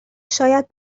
شاید